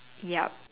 ya